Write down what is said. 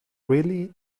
really